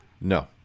No